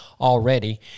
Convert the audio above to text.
already